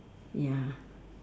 ya